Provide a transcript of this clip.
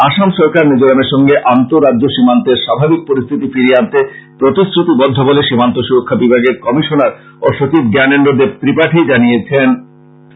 আসাম সরকার মিজোরামের সঙ্গে আন্তঃ রাজ্য সীমান্তের স্বাভাবিক পরিস্থিতি ফিরিয়ে আনতে প্রতিশ্রাতিবদ্ধ বলে সীমান্ত সুরক্ষা বিভাগের কমিশনার ও সচিব জ্ঞানেন্দ্র দেব ত্রিপাঠি জানিয়েছেন